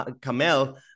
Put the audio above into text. Kamel